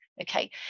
Okay